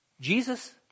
Jesus